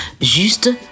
juste